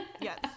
Yes